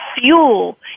fuel